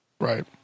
Right